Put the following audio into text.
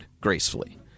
gracefully